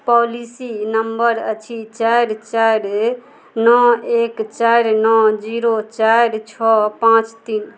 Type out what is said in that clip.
policy number अछि चारि चारि नओ एक चारि नओ जीरो चारि छओ पाँच तीन